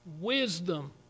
wisdom